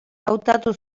hautatu